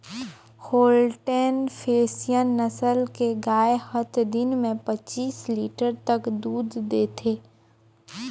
Holstein Friesian नसल के गाय हत दिन में पच्चीस लीटर तक दूद देथे